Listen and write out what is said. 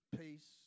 peace